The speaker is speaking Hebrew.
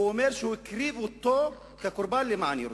והוא אומר שהוא הקריב אותו כקורבן למען ירושלים.